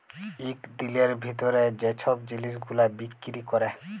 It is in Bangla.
ইক দিলের ভিতরে যে ছব জিলিস গুলা বিক্কিরি ক্যরে